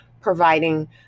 providing